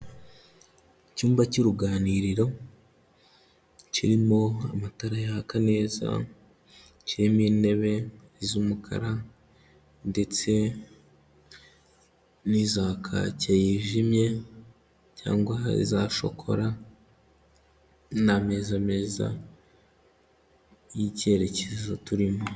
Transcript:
Icyumba cy'uruganiriro kirimo amatara yaka neza, kirimo intebe z'umukara ndetse n'iza kake yijimye cyangwa za shokora n'ameza meza y'icyerekezo turimo.